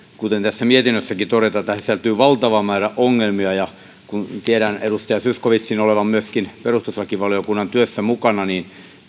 kuten tässä mietinnössäkin todetaan tähän sisältyy valtava määrä ongelmia kun tiedän edustaja zyskowiczin olevan myöskin perustuslakivaliokunnan työssä mukana niin